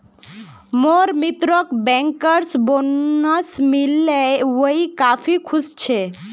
मोर मित्रक bankers bonus मिल ले वइ काफी खुश छ